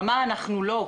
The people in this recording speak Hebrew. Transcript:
במה אנחנו לא,